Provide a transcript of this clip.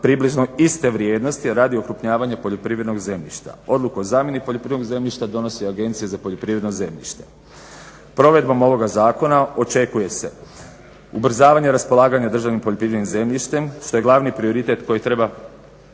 približno iste vrijednosti, a radi okrupnjavanja poljoprivrednog zemljišta. Odluku o zamjeni poljoprivrednog zemljišta donosi Agencija za poljoprivredno zemljište. Provedbom ovoga zakona očekuje se: Ubrzavanje raspolaganja državnim poljoprivrednim zemljištem što je glavni prioritet koji treba